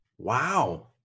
Wow